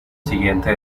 siguiente